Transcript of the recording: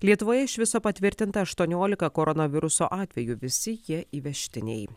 lietuvoje iš viso patvirtinta aštuoniolika koronaviruso atvejų visi jie įvežtiniai